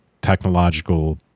technological